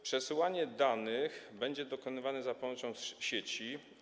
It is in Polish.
Przesyłanie danych będzie dokonywane za pomocą sieci.